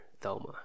Thelma